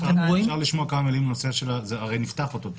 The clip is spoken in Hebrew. --- אפשר לשמוע כמה מילים על הנושא שנפתח אותו פה,